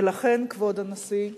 ולכן, כבוד הנשיא,